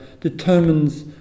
determines